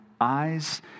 eyes